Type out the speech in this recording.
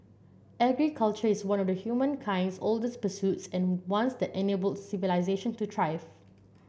agriculture is one of humankind's oldest pursuits and once that enabled civilisation to thrive